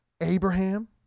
Abraham